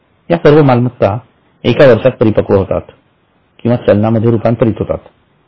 या सर्व मालमत्ता एका वर्षात परिपक्व होतात किंवा चलनात रूपांतरित होतात